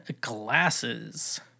glasses